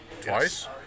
Twice